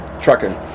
trucking